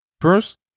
First